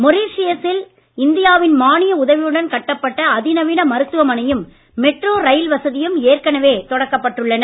Mauritius ஸில் India வின் மானிய உதவியுடன் கட்டப்பட்ட அதிநவீன மருத்துவ மனையும் மெட்ரோ ரயில் வசதியும் ஏற்கனவே தொடக்கப் பட்டுள்ளன